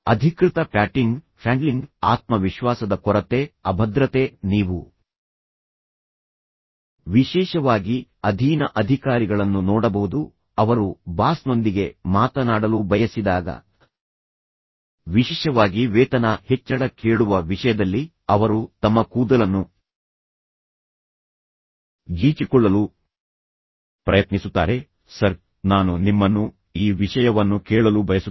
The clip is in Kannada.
ಅಧಿಕೃತ ಪ್ಯಾಟಿಂಗ್ ಫ್ಯಾಂಡ್ಲಿಂಗ್ ಆತ್ಮವಿಶ್ವಾಸದ ಕೊರತೆ ಅಭದ್ರತೆ ನೀವು ವಿಶೇಷವಾಗಿ ಅಧೀನ ಅಧಿಕಾರಿಗಳನ್ನು ನೋಡಬಹುದು ಅವರು ಬಾಸ್ನೊಂದಿಗೆ ಮಾತನಾಡಲು ಬಯಸಿದಾಗ ವಿಶೇಷವಾಗಿ ವೇತನ ಹೆಚ್ಚಳ ಕೇಳುವ ವಿಷಯದಲ್ಲಿ ಅವರು ತಮ್ಮ ಕೂದಲನ್ನು ಗೀಚಿಕೊಳ್ಳಲು ಪ್ರಯತ್ನಿಸುತ್ತಾರೆ ಸರ್ ನಾನು ನಿಮ್ಮನ್ನು ಈ ವಿಷಯವನ್ನು ಕೇಳಲು ಬಯಸುತ್ತೇನೆ